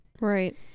right